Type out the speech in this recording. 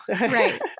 Right